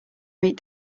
meet